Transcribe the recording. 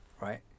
Right